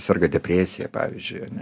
serga depresija pavyzdžiui ane